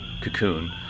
cocoon